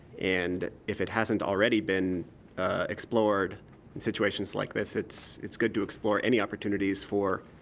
and if it hasn't already been explored in situations like this, it's it's good to explore any opportunities for,